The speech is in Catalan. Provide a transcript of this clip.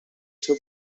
seu